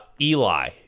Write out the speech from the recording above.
Eli